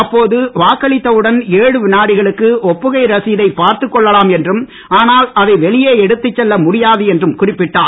அப்போது வாக்களித்தவுடன் விநாடிகளுக்கு ஒப்புகை ரசீதை பார்த்துக் கொள்ளலாம் என்றும் ஆனால் அதை வெளியே எடுத்துச் செல்ல முடியாது என்றும் குறிப்பிட்டார்